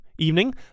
evening